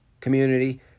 community